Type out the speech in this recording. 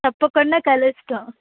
తప్పకుండా కలుస్తాము